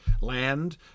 land